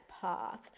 path